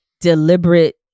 deliberate